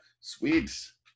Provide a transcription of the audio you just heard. Swedes